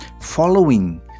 following